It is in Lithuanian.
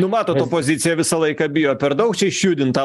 nu matot opozicija visą laiką bijo per daug čia išjudint tą